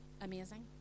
amazing